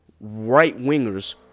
right-wingers